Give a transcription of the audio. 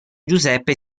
giuseppe